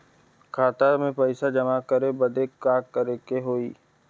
खाता मे पैसा जमा करे बदे का करे के होई?